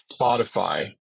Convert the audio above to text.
Spotify